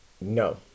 No